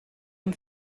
dem